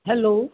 hello